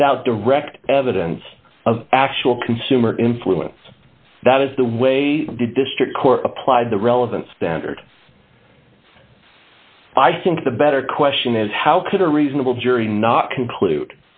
without direct evidence of actual consumer influence that is the way the district court applied the relevant standard i think the better question is how could a reasonable jury not conclude